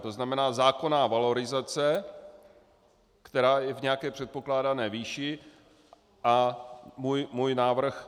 To znamená, že zákonná valorizace, která je v nějaké předpokládané výši, a můj návrh.